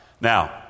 Now